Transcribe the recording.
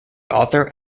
author